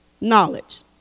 Knowledge